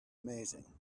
amazing